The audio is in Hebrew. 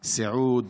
סיעוד,